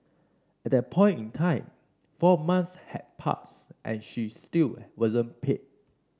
at that point in time four months had passed and she still wasn't paid